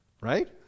Right